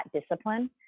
discipline